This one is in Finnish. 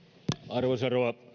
arvoisa rouva